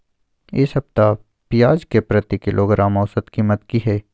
इ सप्ताह पियाज के प्रति किलोग्राम औसत कीमत की हय?